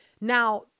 Now